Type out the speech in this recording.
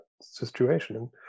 situation